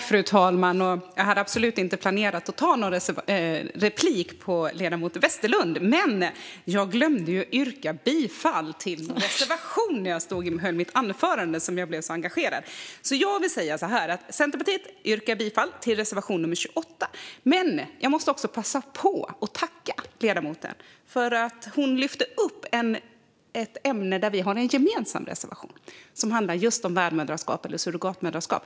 Fru talman! Jag hade absolut inte planerat att ta replik på ledamoten Westerlund, men jag glömde att yrka bifall till en reservation när jag höll mitt anförande eftersom jag blev så engagerad. Jag vill därför säga att Centerpartiet yrkar bifall till reservation 28. Jag vill också passa på att tacka ledamoten för att hon lyfte upp ett ämne där vi har en gemensam reservation, som handlar om värdmödraskap, eller surrogatmödraskap.